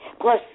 Plus